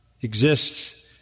exists